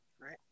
Right